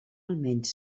almenys